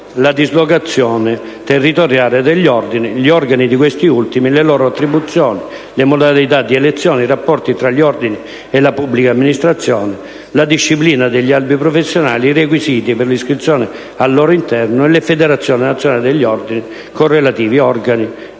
la dislocazione territoriale degli ordini, gli organi di questi ultimi, le loro attribuzioni, le modalità di elezione, i rapporti tra gli ordini e la pubblica amministrazione, la disciplina degli albi professionali, i requisiti per l'iscrizione al loro interno e le federazioni nazionali degli ordini, con relativi organi